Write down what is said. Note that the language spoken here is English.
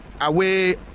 away